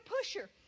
pusher